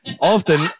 Often